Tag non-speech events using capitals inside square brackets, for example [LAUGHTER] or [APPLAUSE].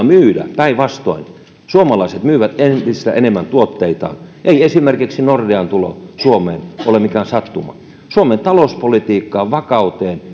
[UNINTELLIGIBLE] myydä päinvastoin suomalaiset myyvät entistä enemmän tuotteitaan ei esimerkiksi nordean tulo suomeen ole mikään sattuma suomen talouspolitiikan vakauteen [UNINTELLIGIBLE]